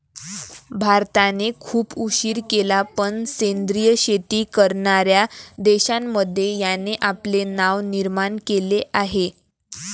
भारताने खूप उशीर केला पण सेंद्रिय शेती करणार्या देशांमध्ये याने आपले नाव निर्माण केले आहे